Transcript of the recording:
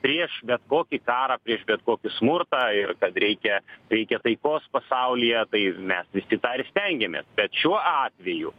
prieš bet kokį karą prieš bet kokį smurtą ir kad reikia reikia taikos pasaulyje tai mes visi tą ir stengiamės bet šiuo atveju